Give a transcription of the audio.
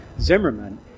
Zimmerman